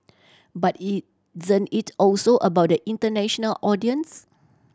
but isn't it also about the international audience